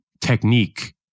technique